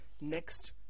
Next